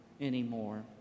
anymore